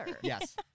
yes